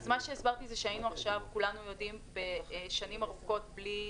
מה שהסברתי, שהיינו עכשיו שנים ארוכות בלי